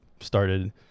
started